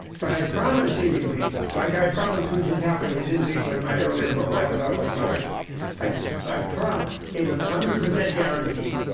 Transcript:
but i promised xi jinping, like i promised hu jintao, but he didn't when my earlier book why the dalai lama matters i so i promised, gave him one hundred percent guarantee,